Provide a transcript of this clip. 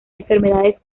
enfermedades